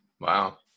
Wow